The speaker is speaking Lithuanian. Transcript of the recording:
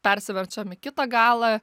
persiverčiam į kitą galą